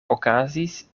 okazis